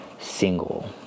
single